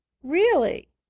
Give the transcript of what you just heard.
really?